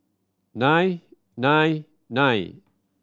nine nine nine